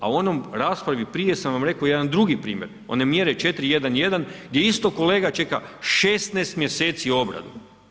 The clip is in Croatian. A u onoj raspravi prije sam vam rekao jedan drugi primjer, one mjere 4.1.1. gdje isto kolega čeka 16 mjeseci obradu.